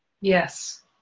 Yes